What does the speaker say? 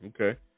okay